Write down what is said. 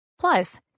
Plus